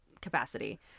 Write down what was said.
capacity